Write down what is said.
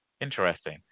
interesting